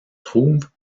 trouvent